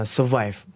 Survive